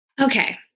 Okay